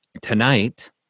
tonight